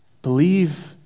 Believe